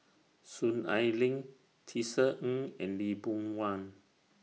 Soon Ai Ling Tisa Ng and Lee Boon Wang